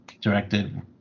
directed